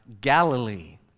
Galilee